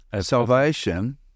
salvation